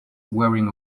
wearing